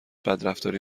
بدرفتاری